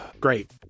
Great